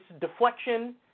deflection